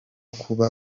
kuba